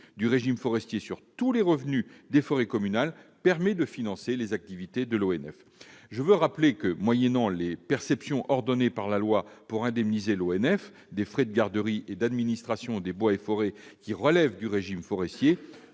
du régime forestier à tous les revenus des forêts communales permet de financer les activités de l'ONF. Je rappelle que, moyennant les perceptions ordonnées par la loi pour indemniser l'ONF des frais de garderie et d'administration des bois et forêts relevant du régime forestier,